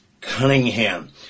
Cunningham